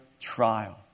trial